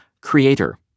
creator